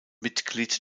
mitglied